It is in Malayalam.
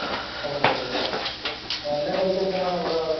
കുഴപ്പം ഒന്നും ഇല്ലല്ലോ എന്തൊക്കെ ഐറ്റംസ് ആണ് ഉള്ളത് അവിടെ